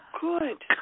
good